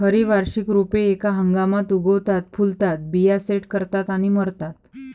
खरी वार्षिक रोपे एका हंगामात उगवतात, फुलतात, बिया सेट करतात आणि मरतात